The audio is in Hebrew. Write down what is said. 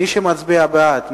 מי שמצביע בעד,